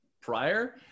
prior